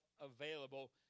available